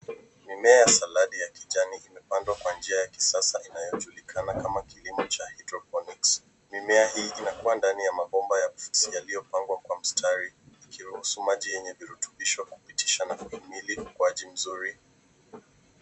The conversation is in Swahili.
Mimea ya saladi ya kijani imepandwa kwa njia ya kisasa inayojulikana kama kilimo cha hydroponics . Mimea hii inakua ndani ya mabomba ya PVC yaliyopangwa kwa mstari ikiruhusu maji yenye virutubisho kupitisha na kuhimili ukuaji mzuri.